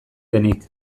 denik